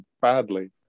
badly